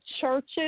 churches